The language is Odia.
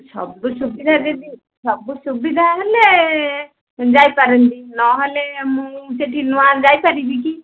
ସବୁ ସୁବିଧା ଯଦି ସବୁ ସୁବିଧା ହେଲେ ଯାଇପାରନ୍ତି ନହେଲେ ମୁଁ ସେଠି ନୂଆ ଯାଇପାରିବି କି